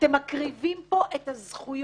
אתם מקריבים פה את הזכויות,